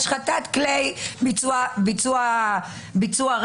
השחתת כלי ביצוע הרצח,